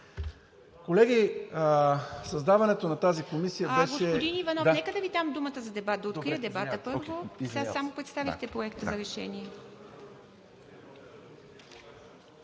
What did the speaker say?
Колеги, създаването на тази комисия беше... ПРЕДСЕДАТЕЛ ИВА МИТЕВА: Господин Иванов, нека да Ви дам думата за дебат. Да открия дебата, първо. Сега само представихте Проекта за решение.